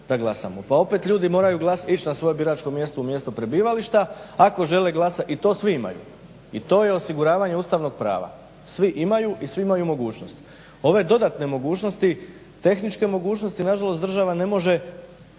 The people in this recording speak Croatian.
Pa opet ljudi moraju ići na svoje biračko mjesto u mjesto prebivališta ako žele glasati i to svi imaju i to je osiguravanje ustavnog prava. Svi imaju i svi imaju mogućnost. Ove dodatne mogućnosti tehničke mogućnosti nažalost države ne može